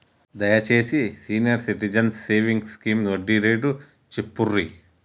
దయచేసి senior citizens savings scheme వడ్డీ rate చెప్పుర్రి